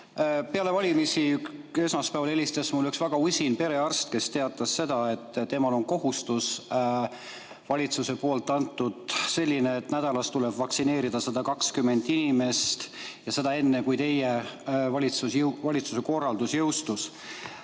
Peale valimisi esmaspäeval helistas mulle üks väga usin perearst, kes teatas, et temale on valitsuse poolt antud selline kohustus, et nädalas tuleb vaktsineerida 120 inimest, ja seda enne, kui teie valitsuse korraldus jõustus.